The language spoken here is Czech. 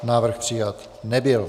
Návrh přijat nebyl.